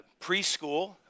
preschool